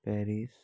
Paris